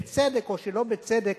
בצדק או שלא בצדק,